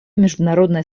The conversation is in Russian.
международное